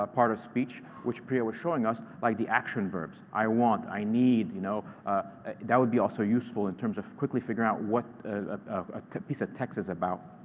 ah part of speech, which priya was showing us, by the action verbs. i want, i need. you know that would be, also, useful in terms of quickly figuring out what a piece of text is about.